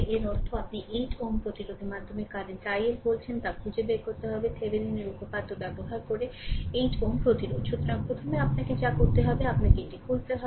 এর অর্থ আপনি 8 Ω প্রতিরোধের মাধ্যমে কারেন্ট il বলছেন তা খুঁজে বের করতে হবে থেভেনিনের উপপাদ্য ব্যবহার করে 8 Ω প্রতিরোধ সুতরাং প্রথমে আপনাকে যা করতে হবে তা হল আপনাকে এটি খুলতে হবে